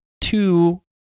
two